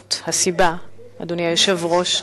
זאת הסיבה, אדוני היושב-ראש,